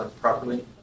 properly